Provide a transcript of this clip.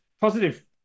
positive